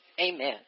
Amen